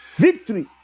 Victory